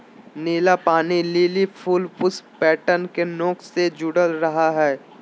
नीला पानी लिली फूल पुष्प पैटर्न के नोक से जुडल रहा हइ